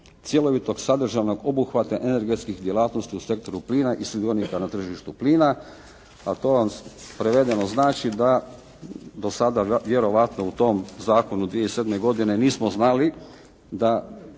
cjelovitog sadržaja obuhvatne energetskih djelatnosti u sektoru plina i sudionika na tržištu plina, a to vam prevedeno znači da do sada vjerojatno u tom zakonu 2007. godine nismo znali da